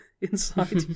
inside